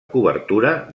cobertura